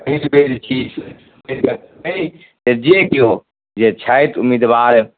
पहिल बेर छी तऽ जे केओ जे छथि उम्मीदवार